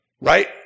right